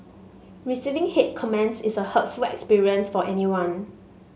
receiving hate comments is a hurtful experience for anyone